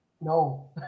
No